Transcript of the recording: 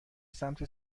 سمت